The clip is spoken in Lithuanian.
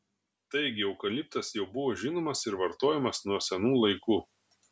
taigi eukaliptas jau buvo žinomas ir vartojamas nuo senų laikų